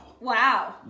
Wow